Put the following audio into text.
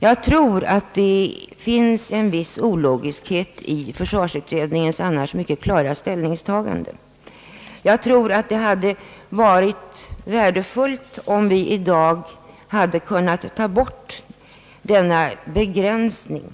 Jag tror att det här finns en viss brist på logik i försvarsutredningens annars mycket klara ställningstagande, och det hade varit värdefullt om vi i dag kunnat ta bort denna begränsning.